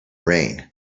rain